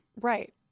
Right